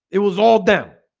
it was all them